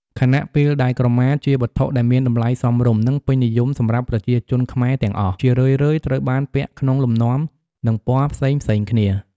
ខណៈពេលដែលក្រមាជាវត្ថុដែលមានតម្លៃសមរម្យ និងពេញនិយមសម្រាប់ប្រជាជនខ្មែរទាំងអស់ ជារឿយៗត្រូវបានពាក់ក្នុងលំនាំ និងពណ៌ផ្សេងៗគ្នា។